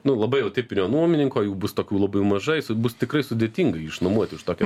nu labai jau taip ir jo nuomininko jų bus tokių labai mažai su bus tikrai sudėtinga jį išnuomoti už tokią